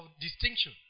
distinction